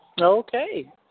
Okay